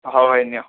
ହଉ ଭାଇ ନିଅ